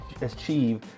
achieve